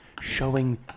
showing